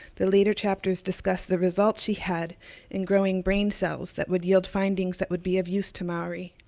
the later chapters discussed the results she had in growing brain cells that would yield findings that would be of use to maori,